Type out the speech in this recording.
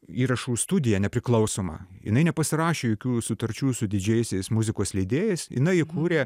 įrašų studiją nepriklausomą jinai nepasirašė jokių sutarčių su didžiaisiais muzikos leidėjais jinai įkūrė